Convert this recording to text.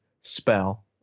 spell